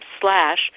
slash